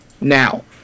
Now